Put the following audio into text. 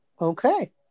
Okay